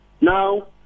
Now